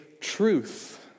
truth